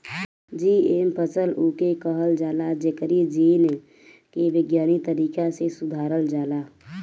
GM फसल उके कहल जाला जेकरी जीन के वैज्ञानिक तरीका से सुधारल जाला